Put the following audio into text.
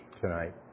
tonight